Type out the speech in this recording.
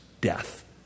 death